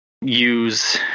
use